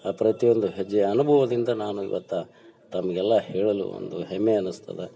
ಆ ಪ್ರತಿಯೊಂದು ಹೆಜ್ಜೆಯ ಅನುಭವದಿಂದ ನಾನು ಇವತ್ತು ತಮಗೆಲ್ಲ ಹೇಳಲು ಒಂದು ಹೆಮ್ಮೆ ಅನಿಸ್ತದ